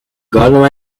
gardener